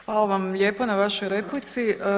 Hvala vam lijepo na vašoj replici.